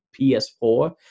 PS4